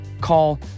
call